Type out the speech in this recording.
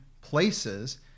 places